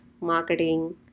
marketing